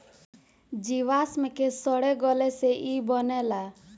जीवाश्म के सड़े गले से ई बनेला